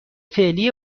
فعلی